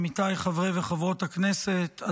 עמיתיי חברי וחברות הכנסת,